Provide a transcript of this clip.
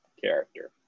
character